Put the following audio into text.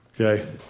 Okay